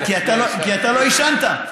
כי אתה לא עישנת,